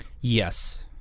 Yes